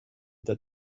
that